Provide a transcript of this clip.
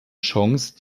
chance